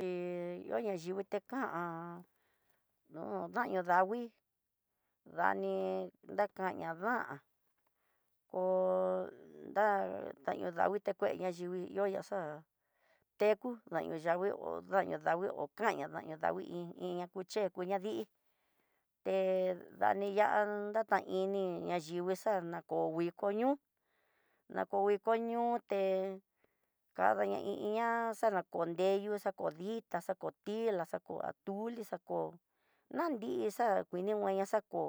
Hi oñadingui tikan no ndaño danguii dani dakaña ndan, ko no ndagui ta keña yigui, yo yaxateku ho yangui ho yañi dangui okana dangui i iinña ña kuche uñadii, hé dani yaá ñayingui xa ka kokoña ñoo ña ko nguikoñate, kadaña i iinña xanakonde ihó xako ditá xako tilá xako toli, xako na nrixa kuini nguya xako